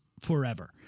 forever